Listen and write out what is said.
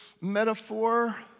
metaphor